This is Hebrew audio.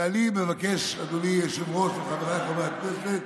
ואני מבקש, אדוני היושב-ראש וחבריי חברי הכנסת,